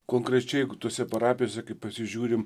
konkrečiai jeigu tose parapijose kai pasižiūrime